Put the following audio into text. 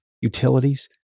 utilities